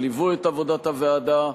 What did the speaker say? שליוו את עבודת הוועדה,